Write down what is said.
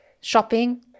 shopping